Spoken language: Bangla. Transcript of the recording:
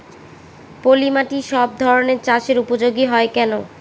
পলিমাটি সব ধরনের চাষের উপযোগী হয় কেন?